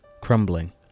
crumbling